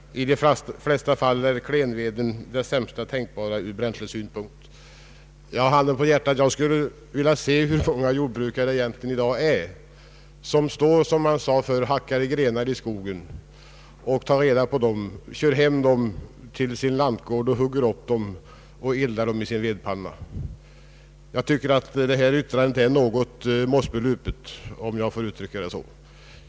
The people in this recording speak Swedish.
I de flesta fall är klenveden den sämsta tänkbara från bränslesynpunkt.” Handen på hjärtat: Jag skulle vilja se den jordbrukare som i dag hackar grenar i skogen, kör dem till sin lantgård, hugger upp dem och eldar med dem i sin vedpanna. Jag tycker att det särskilda yttrandet är något mossbelupet, om jag får uttrycka det så.